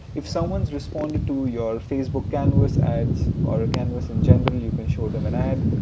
if someone's responded to your facebook canvas ads or a canvas in general you can show them an ad.